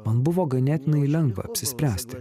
man buvo ganėtinai lengva apsispręsti